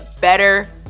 better